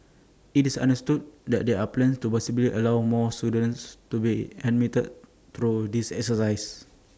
IT is understood that there are plans to possibly allow more students to be admitted through this exercise